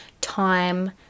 time